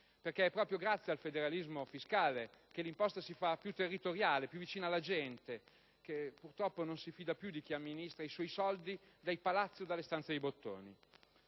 Perché è proprio grazie al federalismo fiscale che l'imposta si fa più territoriale, più vicina alla gente che non si fida più di chi amministra i suoi soldi dai Palazzi o dalle stanze dei bottoni.